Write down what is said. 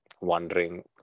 wondering